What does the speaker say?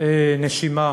נשימה